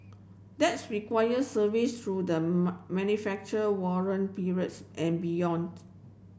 that's require service through the manufacture warrant periods and beyond